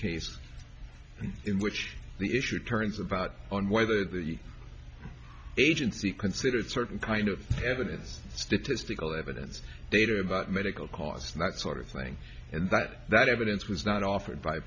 case in which the issue turns about on whether the agency considered certain kind of evidence statistical evidence data about medical costs and that sort of thing and that that evidence was not offered by